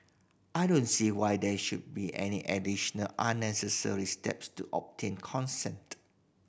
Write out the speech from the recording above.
I don't see why there should be any additional unnecessary steps to obtain consent